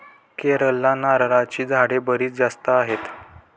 केरळला नारळाची झाडे बरीच जास्त आहेत